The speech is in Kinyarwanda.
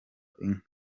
inka